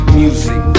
music